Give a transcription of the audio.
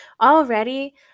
already